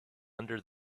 under